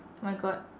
my god